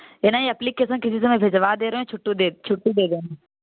यह नहीं एप्लीकेशन किसी से मैं भिजवा दे रही हूँ छुट्टी दे छुट्टी दे देना